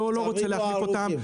לא רוצה להחליף אותם.